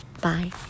Bye